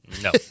No